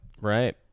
Right